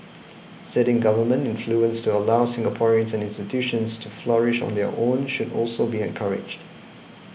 ceding government influence to allow Singaporeans and institutions to flourish on their own should also be encouraged